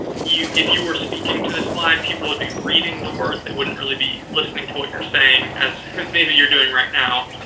if you were speaking to this slide, people would be reading the words, they wouldn't really be listening to what you're saying, as maybe you're doing right now.